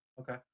Okay